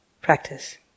practice